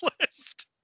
list